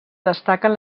destaquen